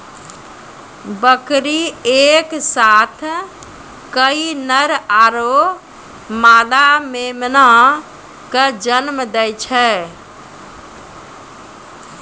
बकरी एक साथ कई नर आरो मादा मेमना कॅ जन्म दै छै